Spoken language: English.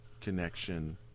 connection